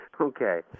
Okay